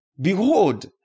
Behold